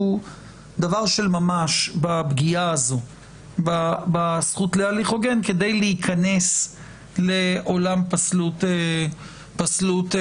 דבר של ממש בפגיעה הזו בזכות להליך הוגן כדי להיכנס לעולם פסלות הראיה.